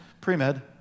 pre-med